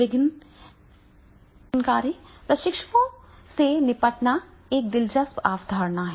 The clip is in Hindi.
विघटनकारी प्रशिक्षुओं से निपटना एक दिलचस्प अवधारणा है